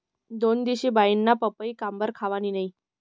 दोनदिशी बाईनी पपई काबरं खावानी नै